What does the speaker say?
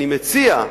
אני מציע,